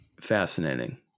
fascinating